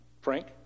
Frank